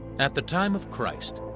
at the time of christ,